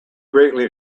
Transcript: greatly